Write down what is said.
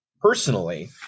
personally